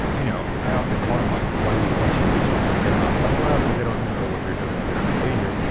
you know i often call them ah like why do you question users tradeoffs? like well, because they don't know what they're doing and they don't know the dangerous.